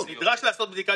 לפיטורי מאות,